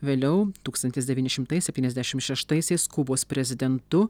vėliau tūkstantis devyni šimtai septyniasdešim šeštaisiais kubos prezidentu